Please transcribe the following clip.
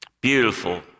beautiful